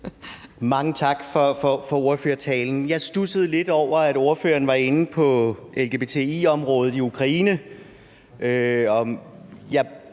Mange tak for ordførertalen. Jeg studsede lidt over, at ordføreren var inde på lgbti-området i Ukraine,